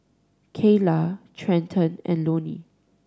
Kayla Trenten and Loni